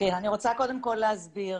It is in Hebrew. אנחנו כמנה"ר,